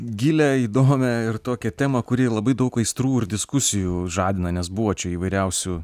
gilią įdomią ir tokią temą kuri labai daug aistrų ir diskusijų žadina nes buvo čia įvairiausių